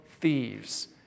Thieves